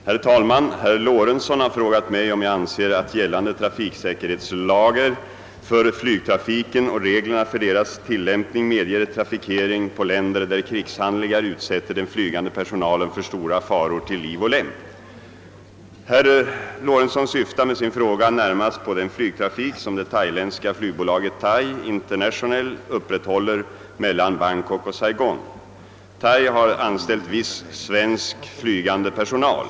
Herr talman! Herr Lorentzon har frågat mig om jag anser att gällande trafiksäkerhetslagar för = flygtrafiken och reglerna för deras tillämpning medger trafikering på länder där krigshandlingar utsätter den flygande personalen för stora faror till liv och lem. Herr Lorentzon syftar med sin fråga närmast på den flygtrafik, som det thailändska flygbolaget Thai International upprätthåller mellan Bangkok och Saigon. Thai har anställt viss svensk flygande personal.